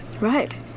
right